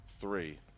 three